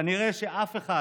כנראה שאף אחד,